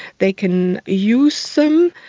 they can use them,